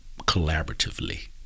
collaboratively